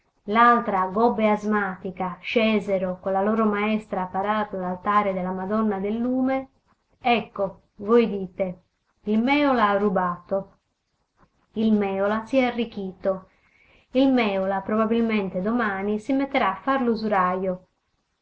gobba e asmatica scesero con la loro maestra a parar l'altare della madonna del lume ecco voi dite il mèola ha rubato il mèola s'è arricchito il mèola probabilmente domani si metterà a far l'usurajo